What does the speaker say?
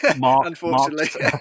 unfortunately